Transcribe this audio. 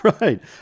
Right